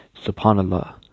SubhanAllah